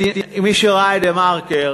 מי שראה את "דה-מרקר",